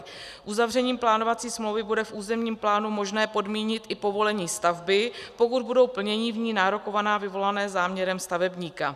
Uzavřením plánovací smlouvy bude v územním plánu možné podmínit i povolení stavby, pokud budou plnění v ní nárokovaná vyvolaná záměrem stavebníka.